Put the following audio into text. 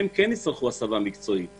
הם כן יצטרכו הסבה מקצועית,